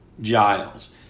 Giles